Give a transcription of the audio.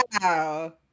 Wow